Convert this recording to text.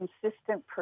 consistent